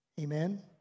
Amen